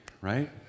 right